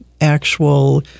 actual